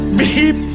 beep